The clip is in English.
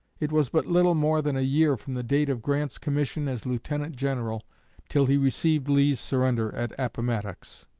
it was but little more than a year from the date of grant's commission as lieutenant-general till he received lee's surrender at appomattox.